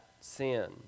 sin